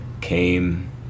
came